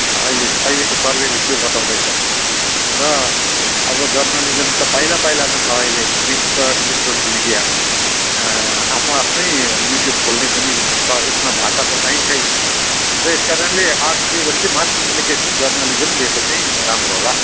अहिले अहिलेको सर्भेले त्यो बताउँदैछ र अब जर्नलिजम त पाइला पाइलामा छ अहिले रिक्सर इलेक्ट्रोनिक मिडिया आफ्नो आफ्नै युट्युब खोल्ने पनि छ यसमा भाषा त चाहिन्छै र यस कारणले आर्ट्स लियो भने चाहिँ मास कम्युनिकेसन जर्नलिजम लिएको चाहिँ राम्रो होला